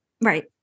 Right